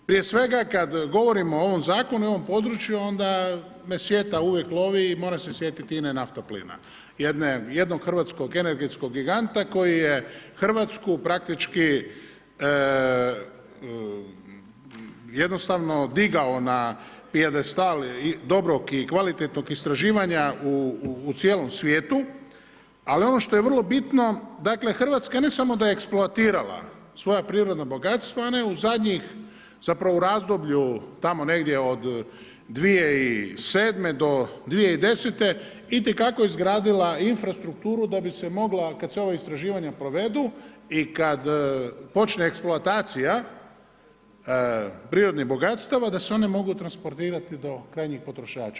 Prije svega, kad govorimo o ovom Zakonu i o ovom području, onda me sjeta uvijek lovi i moram se sjetiti INA-e Naftaplina, jednog hrvatskog energetskog giganta koji je Hrvatsku praktički jednostavno digao na pijadestal dobrog i kvalitetnog istraživanja u cijelom svijetu, ali ono što je vrlo bitno dakle, Hrvatska ne samo da je eksploatirala svoja prirodna bogatstva, ona je u zadnjih zapravo u razdoblju tamo negdje od 2007. do 2010. itekako izgradila infrastrukturu da bi se mogla, kad se ova istraživanja provedu i kad počne eksploatacija prirodnih bogatstva, da se one mogu transportirati do krajnjih potrošača.